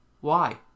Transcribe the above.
Why